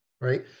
right